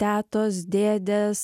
tetos dėdės